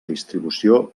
distribució